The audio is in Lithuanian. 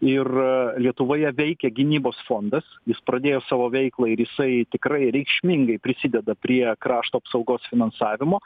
ir lietuvoje veikia gynybos fondas jis pradėjo savo veiklą ir jisai tikrai reikšmingai prisideda prie krašto apsaugos finansavimo